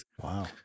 Wow